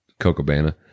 Cocobana